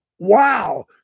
Wow